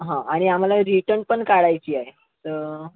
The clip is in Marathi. हां आणि आम्हाला रिटण पण काढायची आहे तर